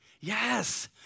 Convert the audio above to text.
Yes